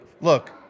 Look